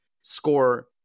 score